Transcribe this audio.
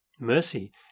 mercy